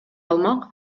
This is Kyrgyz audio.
алмак